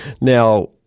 Now